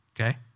okay